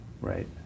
right